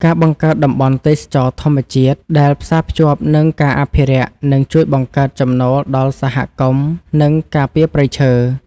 ការបង្កើតតំបន់ទេសចរណ៍ធម្មជាតិដែលផ្សារភ្ជាប់នឹងការអភិរក្សនឹងជួយបង្កើតចំណូលដល់សហគមន៍ និងការពារព្រៃឈើ។